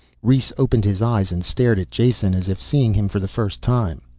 rhes opened his eyes and stared at jason, as if seeing him for the first time.